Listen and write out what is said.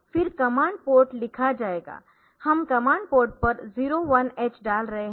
फिर command port लिखा जाएगा हम कमांड पोर्ट पर 01h डाल रहे है